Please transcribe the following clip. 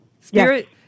Spirit